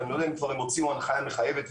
ואני לא יודע אם הם כבר הוציאו הנחייה מחייבת,